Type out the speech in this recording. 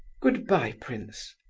goodbye, prince.